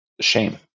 shame